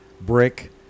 brick